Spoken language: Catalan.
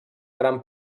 gran